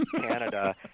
Canada